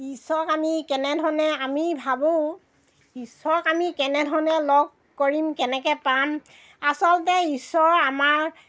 ঈশ্বৰক আমি কেনেধৰণে আমি ভাবোঁ ঈশ্বৰক আমি কেনেধৰণে লগ কৰিম কেনেকৈ পাম আচলতে ঈশ্বৰ আমাৰ